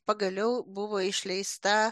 pagaliau buvo išleista